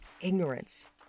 ignorance